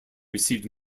received